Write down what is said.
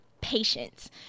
patience